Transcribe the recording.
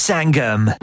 Sangam